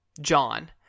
john